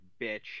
bitch